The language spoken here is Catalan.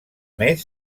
més